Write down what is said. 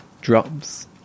Drops